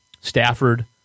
Stafford